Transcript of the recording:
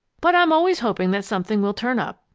but i'm always hoping that something will turn up.